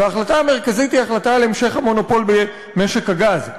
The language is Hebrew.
וההחלטה המרכזית היא על המשך המונופול במשק הגז.